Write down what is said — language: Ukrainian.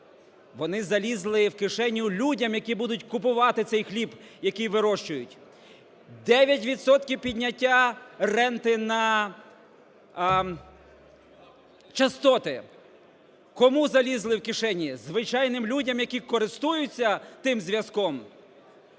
Вони залізли в кишеню людям, які будуть купувати цей хліб, який вирощують. 9 відсотків підняття ренти на частоти. Кому залізли в кишені? Звичайним людям, які користуються тим зв'язком.